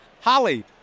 Holly